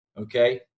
Okay